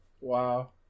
Wow